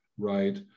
Right